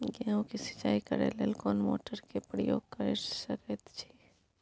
गेहूं के सिंचाई करे लेल कोन मोटर के प्रयोग कैर सकेत छी?